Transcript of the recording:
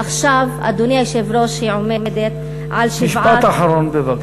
עכשיו, אדוני היושב-ראש, היא, משפט אחרון בבקשה.